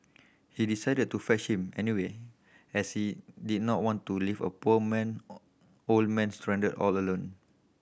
he decided to fetch him anyway as he did not want to leave a poor man old man stranded all alone